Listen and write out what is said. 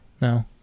no